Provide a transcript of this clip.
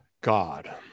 God